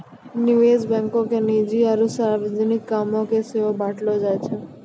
निवेश बैंको के निजी आरु सार्वजनिक कामो के सेहो बांटलो जाय छै